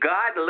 God